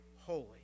holy